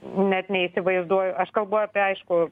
net neįsivaizduoju aš kalbu apie aišku